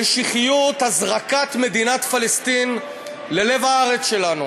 משיחיות הזרקת מדינת פלסטין ללב הארץ שלנו,